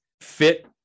fit